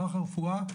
מערך הרפואה,